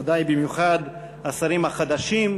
ודאי במיוחד השרים החדשים,